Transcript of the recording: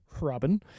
Robin